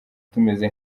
tumeze